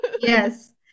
yes